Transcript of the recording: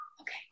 Okay